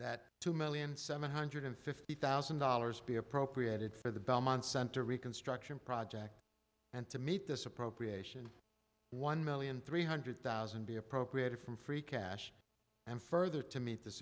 that two million seven hundred fifty thousand dollars be appropriated for the belmont center reconstruction project and to meet this appropriation one million three hundred thousand be appropriated from free cash and further to meet this